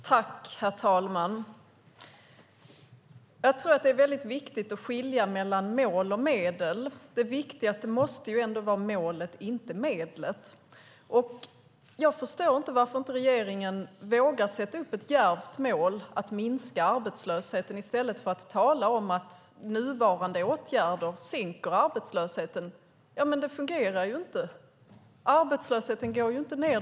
Herr talman! Det är viktigt att skilja mellan mål och medel. Det viktigaste måste ändå vara målet, inte medlet. Jag förstår inte varför regeringen inte vågar sätta upp ett djärvt mål, nämligen att minska arbetslösheten i stället för att tala om att nuvarande åtgärder sänker arbetslösheten. Det fungerar inte. Arbetslösheten sjunker inte.